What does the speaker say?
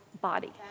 body